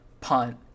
punt